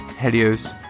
Helios